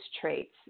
traits